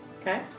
Okay